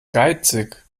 geizig